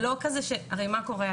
הרי מה קורה,